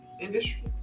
industry